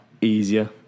easier